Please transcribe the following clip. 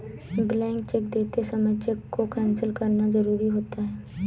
blank cheque देते समय cheque को कैंसिल करना जरुरी होता है